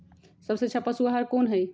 सबसे अच्छा पशु आहार कोन हई?